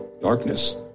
darkness